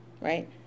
right